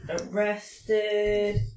arrested